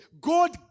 God